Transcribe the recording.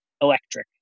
Electric